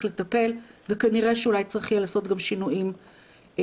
לטפל וכנראה שאולי צריך יהיה גם לעשות שינויים בחוק.